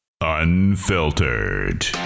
Unfiltered